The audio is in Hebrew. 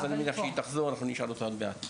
אז אני מניח שהיא תחזור, אנחנו נשאל אותה עוד מעט.